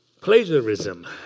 plagiarism